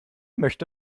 möchte